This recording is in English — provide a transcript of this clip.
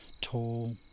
tall